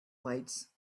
lights